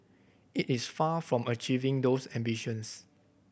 it is far from achieving those ambitions